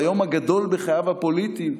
היום הגדול בחייו הפוליטיים,